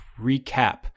recap